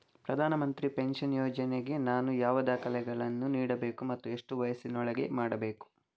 ಪ್ರಧಾನ ಮಂತ್ರಿ ಪೆನ್ಷನ್ ಯೋಜನೆಗೆ ನಾನು ಯಾವ ದಾಖಲೆಯನ್ನು ನೀಡಬೇಕು ಮತ್ತು ಎಷ್ಟು ವಯಸ್ಸಿನೊಳಗೆ ಮಾಡಬೇಕು?